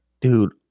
dude